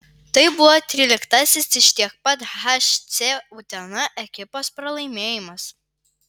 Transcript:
tai buvo tryliktasis iš tiek pat rungtynių hc utena ekipos pralaimėjimas